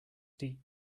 deep